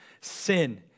sin